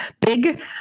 big